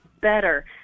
better